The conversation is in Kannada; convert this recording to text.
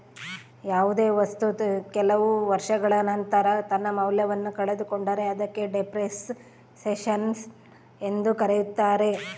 ಯಾವುದೇ ವಸ್ತು ಕೆಲವು ವರ್ಷಗಳ ನಂತರ ತನ್ನ ಮೌಲ್ಯವನ್ನು ಕಳೆದುಕೊಂಡರೆ ಅದಕ್ಕೆ ಡೆಪ್ರಿಸಸೇಷನ್ ಎಂದು ಕರೆಯುತ್ತಾರೆ